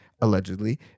allegedly